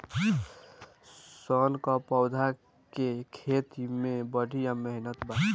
सन क पौधा के खेती में बड़ी मेहनत बा